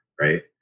right